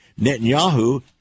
Netanyahu